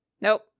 Nope